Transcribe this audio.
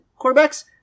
quarterbacks